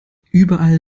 überall